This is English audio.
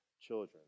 children